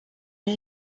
new